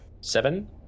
Seven